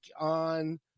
on